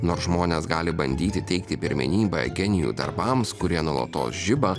nors žmonės gali bandyti teikti pirmenybę genijų darbams kurie nuolatos žiba